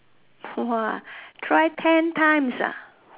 !wah! try ten times ah